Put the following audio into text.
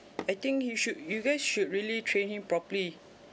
I think he should you guys should really train him properly